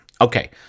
Okay